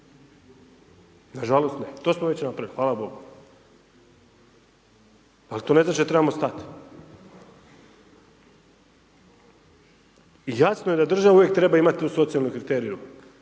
Nažalost, ne, to smo već napravili, hvala Bogu, al, to ne znači da trebamo stati. Jasno je da država uvijek treba imati u socijalnom kriteriju,